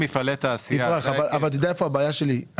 הבעיה שלי,